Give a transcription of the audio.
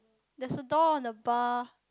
there's a door on the bar